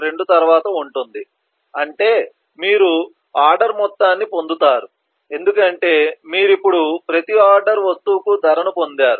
2 తర్వాత ఉంటుంది అంటే మీరు ఆర్డర్ మొత్తాన్ని పొందుతారు ఎందుకంటే మీరు ఇప్పుడు ప్రతి ఆర్డర్ వస్తువుకు ధరను పొందారు